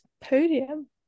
podium